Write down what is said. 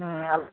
అలా